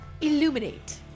Illuminate